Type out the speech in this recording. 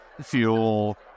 fuel